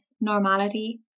normality